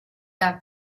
got